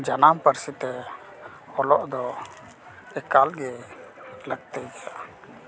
ᱡᱟᱱᱟᱢ ᱯᱟᱹᱨᱥᱤᱛᱮ ᱚᱞᱚᱜ ᱫᱚ ᱮᱠᱟᱞ ᱜᱮ ᱞᱟᱹᱠᱛᱤ ᱜᱮᱭᱟ